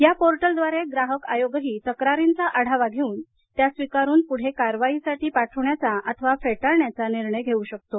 या पोर्टलद्वारे ग्राहक आयोगही तक्रारींचा आढावा घेऊन त्या स्वीकारुन पुढे कारवाईसाठी पाठवण्याचा अथवा फेटाळण्याचा निर्णय घेऊ शकतो